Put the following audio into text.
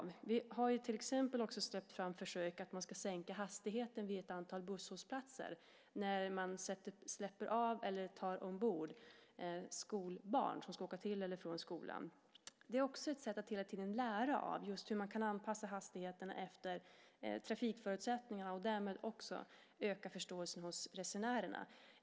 Vi har till exempel också släppt fram försök med att man ska sänka hastigheten vid ett antal busshållplatser när man släpper av eller tar ombord skolbarn som ska åka till eller från skolan. Det är också ett sätt att hela tiden lära sig hur man kan anpassa hastigheten efter trafikförutsättningarna och därmed också öka förståelsen hos resenärerna.